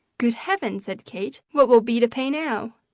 good heavens! said kate. what will be to pay now?